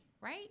right